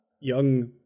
young